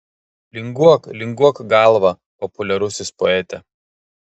linguok linguok galva populiarusis poete